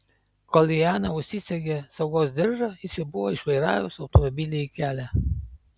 kol liana užsisegė saugos diržą jis jau buvo išvairavęs automobilį į kelią